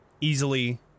Easily